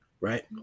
right